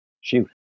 Shoot